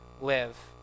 live